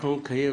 אנחנו נקיים